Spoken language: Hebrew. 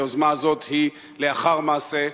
היוזמה הזאת היא לאחר מעשה,